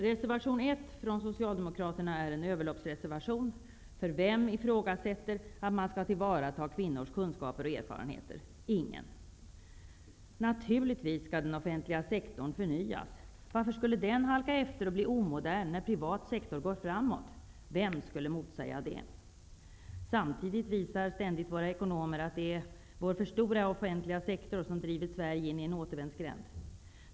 Reservation 1 från Socialdemokraterna är en överloppsreservation. Vem ifrågasätter att man skall ta till vara kvinnors kunskaper och erfarenheter? Ingen! Naturligtvis skall den offentliga sektorn förnyas. Varför skulle den halka efter och bli omodern när privat sektor går framåt? Vem skulle motsätta sig det? Våra ekonomer visar dock ständigt att det är vår stora offentliga sektor som har drivit in Sverige i en återvändsgränd.